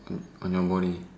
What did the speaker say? on your body